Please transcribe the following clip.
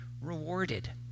rewarded